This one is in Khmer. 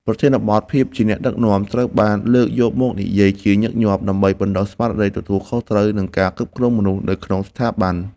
ប្រធានបទ ភាពជាអ្នកដឹកនាំ ត្រូវបានលើកយកមកនិយាយជាញឹកញាប់ ដើម្បីបណ្ដុះស្មារតីទទួលខុសត្រូវ និងការគ្រប់គ្រងមនុស្សនៅក្នុងស្ថាប័ន។